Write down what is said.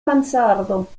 mansardo